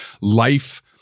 life